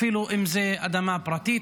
אפילו אם זו אדמה פרטית.